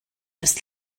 ers